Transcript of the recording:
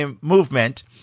Movement